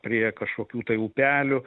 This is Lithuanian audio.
prie kažkokių tai upelių